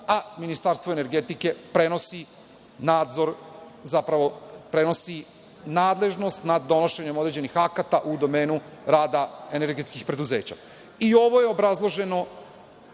a Ministarstvo energetike prenosi nadzor, zapravo prenosi nadležnost nad donošenjem određenih akata u domenu rada energetskih preduzeća. I ovo je obrazloženo